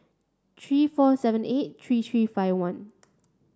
three four seven eight three three five one